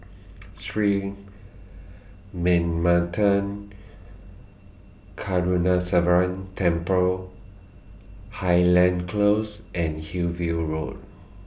Sri Manmatha Karuneshvarar Temple Highland Close and Hillview Road